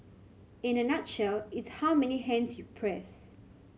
in a nutshell it's how many hands you press